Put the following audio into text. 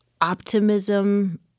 optimism